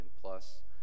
plus